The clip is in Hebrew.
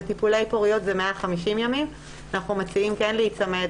בטיפולי פוריות זה 150 ימים ואנחנו מציעים כן להיצמד